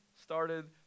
started